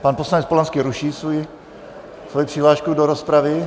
Pan poslanec Polanský ruší svoji přihlášku do rozpravy.